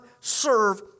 serve